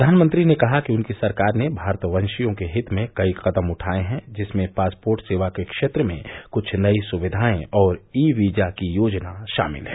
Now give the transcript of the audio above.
प्रधानमंत्री ने कहा कि उनकी सरकार ने भारतवशियों के हित में कई कदम उठाये हैं जिनमें पासपोर्ट सेवा के क्षेत्र में कुछ नई सुविधाएं और ई वीजा की योजना शामिल है